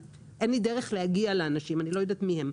אין לי דרך להגיע לאנשים, אני לא יודעת מי הם.